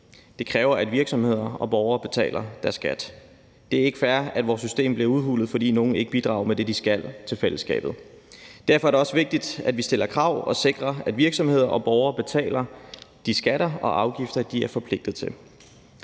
Det kræver, at virksomheder og borgere betaler deres skat. Det er ikke fair, at vores system bliver udhulet, fordi nogle ikke bidrager med det, de skal til fællesskabet. Derfor er det også vigtigt, at vi stiller krav og sikrer, at virksomheder og borgere betaler de skatter og afgifter, de er forpligtet til.